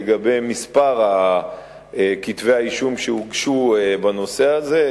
לגבי מספר כתבי האישום שהוגשו בנושא הזה.